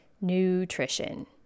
nutrition